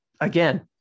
again